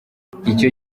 icyo